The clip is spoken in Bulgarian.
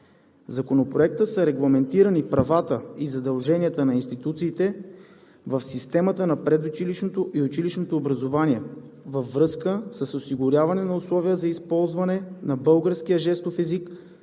Законопроекта са регламентирани правата и задълженията на институциите в системата на предучилищното и училищното образование във връзка с осигуряване на условия за използване на българския жестов език